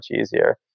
easier